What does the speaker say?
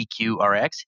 EQRX